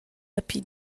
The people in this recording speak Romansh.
dapi